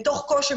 מתוך קושי,